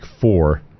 four